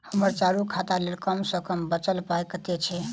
हम्मर चालू खाता लेल कम सँ कम बचल पाइ कतेक छै?